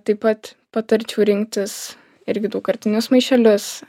taip pat patarčiau rinktis irgi daugkartinius maišelius